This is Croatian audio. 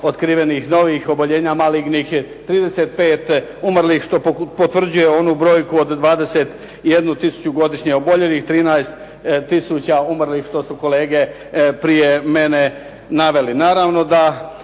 otkrivenih novih oboljenja malignih, 35 umrlih što potvrđuje onu brojku od 21 tisuću godišnje oboljelih, 13 tisuća umrlih što su kolege prije mene naveli.